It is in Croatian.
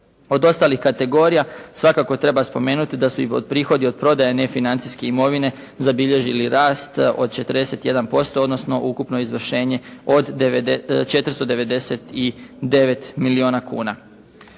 Od ostalih kategorija svakako treba spomenuti da su prihodi od prodaje nefinancijske imovine zabilježili rast od 41% odnosno ukupno izvršenje od 499 milijuna kuna.